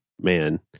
man